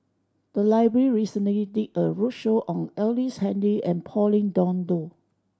the library recently did a roadshow on Ellice Handy and Pauline Dawn Loh